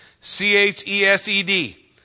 C-H-E-S-E-D